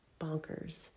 bonkers